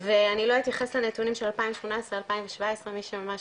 ואני לא אתייחס לנתונים של 2018 2017 מי שממש